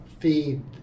feed